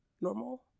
normal